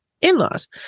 in-laws